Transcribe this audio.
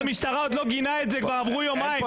המשטרה עוד לא גינה את זה ועברו יומיים.